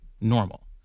normal